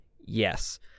Yes